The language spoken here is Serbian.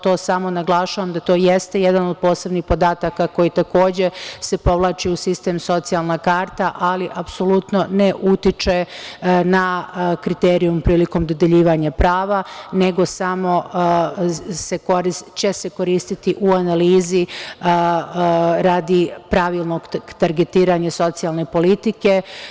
To samo naglašavam da to jeste jedan od posebnih podataka koji takođe se povlači u sistem socijalna karta, ali apsolutno ne utiče na kriterijum prilikom dodeljivanja prava, nego samo će se koristiti u analizi radi pravilnog targetiranja socijalne politike.